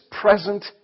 present